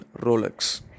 Rolex